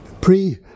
pre